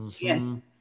Yes